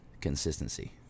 consistency